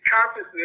consciousness